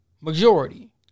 majority